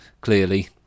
clearly